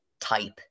type